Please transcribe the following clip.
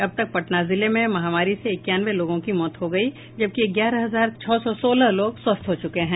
अब तक पटना जिले में महामारी से इक्यानवे लोगों की मौत हो गयी जबकि ग्यारह हजार छह सौ सोलह लोग स्वस्थ हो चुके हैं